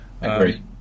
Agree